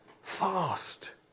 fast